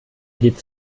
geht